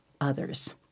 others